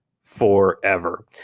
forever